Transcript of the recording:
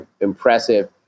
impressive